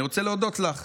אני רוצה להודות לך